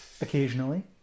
occasionally